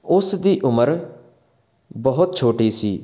ਉਸ ਦੀ ਉਮਰ ਬਹੁਤ ਛੋਟੀ ਸੀ